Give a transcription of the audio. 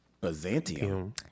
Byzantium